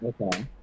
okay